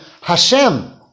Hashem